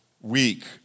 week